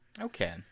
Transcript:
Okay